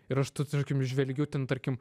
ir aš tarkim žvelgiu ten tarkim